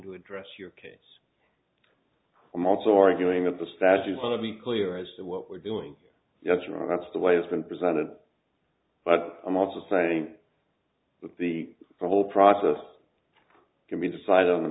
to address your case i'm also arguing that the statute on be clear as to what we're doing that's right that's the way it's been presented but i'm also saying that the whole process can be decided on the